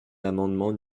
l’amendement